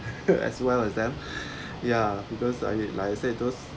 as well as them ya because I need like I say those